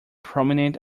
prominent